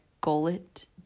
gullet